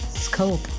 scope